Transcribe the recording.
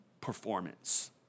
performance